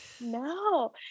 No